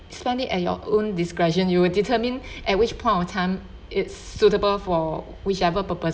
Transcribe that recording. spend it at your own discretion you will determine at which point of time it's suitable for whichever purposes